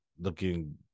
looking